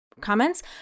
comments